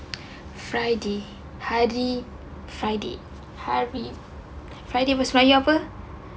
friday hari friday hari friday mahu sembahyang apa